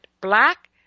black